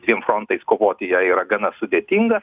dviem frontais kovoti jai yra gana sudėtinga